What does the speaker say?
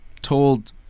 told